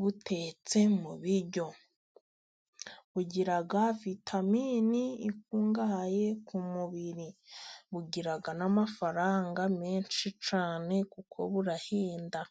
butetse mu biryo. Bugira vitamini zikungahaye ku mubiri, bugira n'amafaranga menshi cyane kuko burahenda.